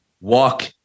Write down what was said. walk